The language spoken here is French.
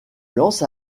lance